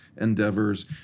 endeavors